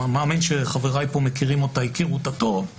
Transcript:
אני מאמין שחבריי פה הכירו אותה טוב,